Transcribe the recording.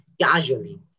casually